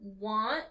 want